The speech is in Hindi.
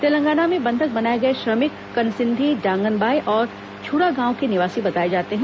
तेलंगाना में बंधक बनाये गए श्रमिक कनसिंधी डांगनबाय और छुरा गांव के निवासी बताए जाते हैं